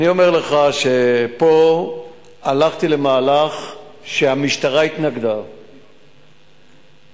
אני אומר לך שפה הלכתי למהלך שהמשטרה התנגדה לו,